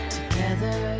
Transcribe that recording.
Together